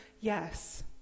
yes